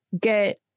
get